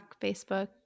Facebook